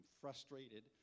frustrated